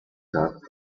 tag